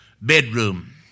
bedroom